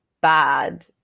bad